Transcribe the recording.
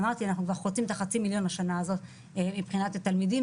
אמרתי שאנחנו כבר חוצים את החצי מיליון השנה הזאת מבחינת התלמידים,